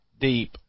deep